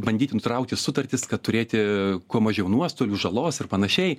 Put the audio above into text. bandyti nutraukti sutartis kad turėti kuo mažiau nuostolių žalos ir panašiai